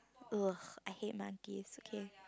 ugh I hate monkeys okay